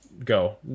go